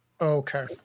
Okay